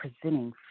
presenting